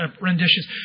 renditions